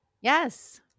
Yes